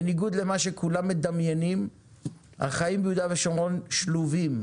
בניגוד למה שכולם מדמיינים החיים ביהודה ושומרון שלובים.